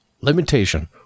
limitation